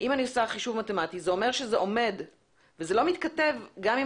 אם אני עושה חישוב מתמטי זה לא מתכתב גם עם